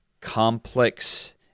complex